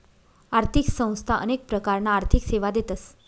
आर्थिक संस्था अनेक प्रकारना आर्थिक सेवा देतस